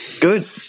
Good